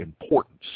importance